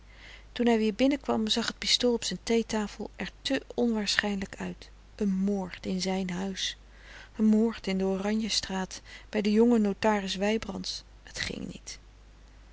toen hij weer binnenkwam zag het pistool op zijn theetafel er te onwaarschijnlijk uit een moord in zijn huis een moord in de oranje straat bij den jongen notaris wybrands het ging niet